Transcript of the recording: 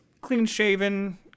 clean-shaven